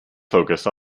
focused